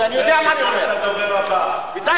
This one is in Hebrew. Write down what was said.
אז מה שיקרה שיהיה ספסל אחד פחות בספסלי האופוזיציה.